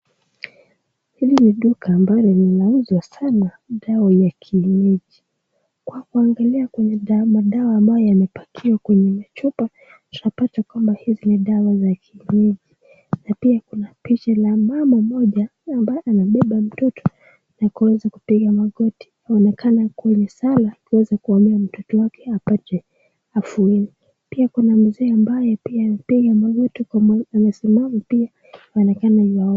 Hili ni duka ambalo linauzwa sana dawa ya kienyeji. Kwa kuangalia kwenye madawa ambayo yamepakiwa kwenye machupa, tunapata kwamba hizi ni dawa za kienyeji. Na pia kuna picha la mama mmoja ambaye anabeba mtoto na kuanza kupiga magoti. Inaonekana kwenye sala kuweza kumwombea mtoto wake apate afueni. Pia kuna mzee ambaye pia amepiga magoti kwa, amesimama pia, inaonekana.